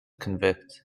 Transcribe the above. convict